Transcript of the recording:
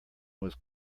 was